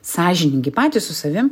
sąžiningi patys su savim